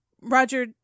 Roger